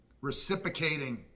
reciprocating